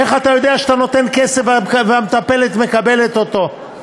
איך אתה יודע שאתה נותן כסף והמטפלת מקבלת אותו?